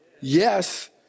Yes